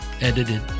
Edited